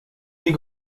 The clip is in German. wie